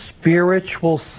spiritual